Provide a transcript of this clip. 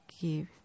give